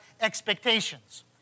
expectations